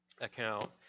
account